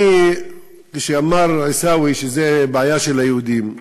כשאמר עיסאווי שזו בעיה של היהודים,